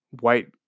white